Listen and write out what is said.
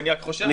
אני